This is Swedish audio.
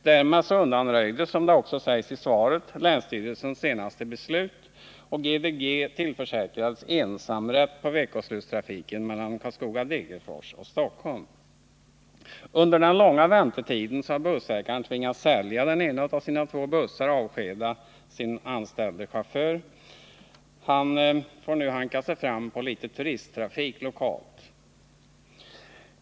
Därmed undanröjdes länsstyrelsens senaste beslut och GDG tillförsäkrades ensamrätt på veckoslutstrafik mellan Karlskoga-Degerfors och Stockholm. Under den långa väntetiden har bussägaren tvingats sälja den ena av sina två bussar och avskedar sin anställde chaufför. Han får nu hanka sig fram på litet lokal turisttrafik.